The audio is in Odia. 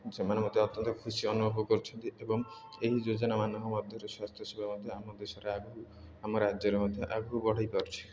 ସେମାନେ ମଧ୍ୟ ଅତ୍ୟନ୍ତ ଖୁସି ଅନୁଭବ କରୁଛନ୍ତି ଏବଂ ଏହି ଯୋଜନା ମାନଙ୍କ ମଧ୍ୟରୁ ସ୍ୱାସ୍ଥ୍ୟ ସେବା ମଧ୍ୟ ଆମ ଦେଶରେ ଆଗକୁ ଆମ ରାଜ୍ୟରେ ମଧ୍ୟ ଆଗକୁ ବଢ଼େଇ ପାରୁଛି